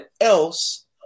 else